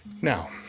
Now